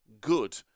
good